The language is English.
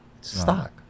stock